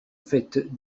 faite